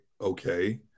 okay